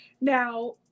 Now